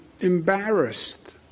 embarrassed